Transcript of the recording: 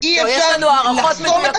ואתה פוגע בהליך של הוועדה, וזאת תקופה